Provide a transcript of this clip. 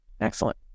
Excellent